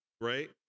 right